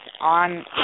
on